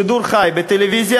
בשידור חי בטלוויזיה,